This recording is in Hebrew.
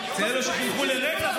אצל אלה שחינכו לרצח,